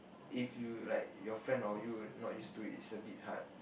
if you like your friend or you not used to it is a bit hard